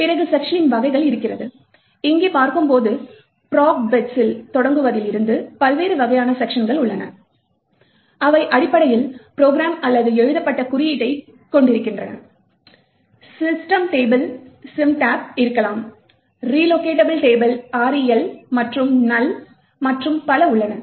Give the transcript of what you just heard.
பிறகு செக்க்ஷனின் வகைகள் இருக்கிறது இங்கே பார்க்கும்போது PROGBITS ல் தொடங்குவதில் இருந்து பல்வேறு வகையான செக்க்ஷன்கள் உள்ளன அவை அடிப்படையில் ப்ரோக்ராம் அல்லது எழுதப்பட்ட குறியீட்டைக் கொண்டிருக்கின்றன சிஸ்டம் டேபிள் இருக்கலாம் ரிலோகேடபிள் டேபிள் மற்றும் NULL மற்றும் பல உள்ளன